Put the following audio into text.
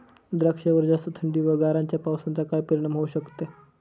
द्राक्षावर जास्त थंडी व गारांच्या पावसाचा काय परिणाम होऊ शकतो?